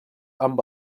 amb